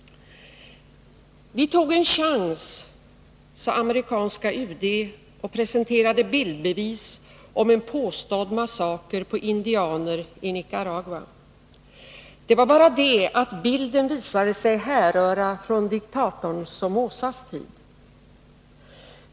Vi tog en chans, sade amerikanska UD och presenterade ”bildbevis” om en påstådd massaker på indianer i Nicaragua. Det vara bara det att bilden visade sig härröra från diktatorn Somozas tid.